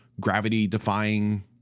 gravity-defying